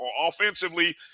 Offensively